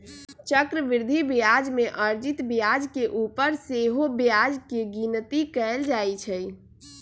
चक्रवृद्धि ब्याज में अर्जित ब्याज के ऊपर सेहो ब्याज के गिनति कएल जाइ छइ